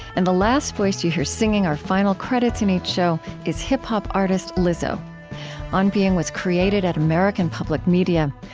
and the last voice you hear singing our final credits in each show is hip-hop artist lizzo on being was created at american public media.